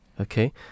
okay